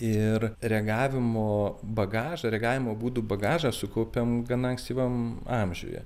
ir reagavimo bagažą reagavimo būdų bagažą sukaupiam gana ankstyvam amžiuje